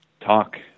talk